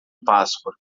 páscoa